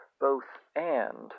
both-and